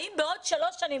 האם בעוד שלוש שנים,